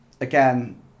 again